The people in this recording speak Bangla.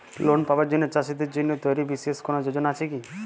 লোন পাবার জন্য চাষীদের জন্য তৈরি বিশেষ কোনো যোজনা আছে কি?